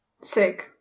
Sick